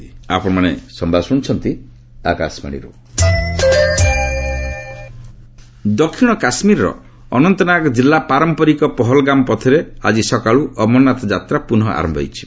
ଅମରନାଥ ଯାତ୍ରା ଦକ୍ଷିଣ କାଶ୍କୀରର ଅନନ୍ତନାଗ ଜିଲ୍ଲା ପାରମ୍ପରିକ ପହଲ୍ଗାମ୍ ପଥରେ ଆଜି ସକାଳୁ ଅମରନାଥ ଯାତ୍ରା ପୁନଃ ଆରମ୍ଭ ହୋଇଛି